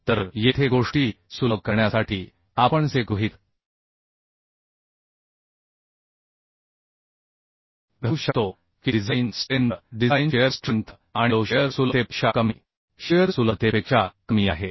तर येथे गोष्टी सुलभ करण्यासाठी आपण असे गृहीत धरू शकतो की design strength design shear strength आणि लो शिअर सुलभतेपेक्षा कमी आहे